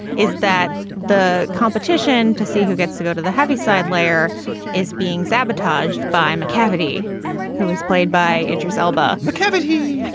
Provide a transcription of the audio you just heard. is that the competition to see who gets to go to the heavy side layer is being sabotaged by who is played by idris elba mccafferty